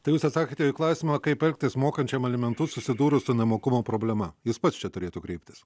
tai jūs atsakėte į klausimą kaip elgtis mokančiam alimentus susidūrus su nemokumo problema jis pats čia turėtų kreiptis